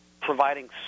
providing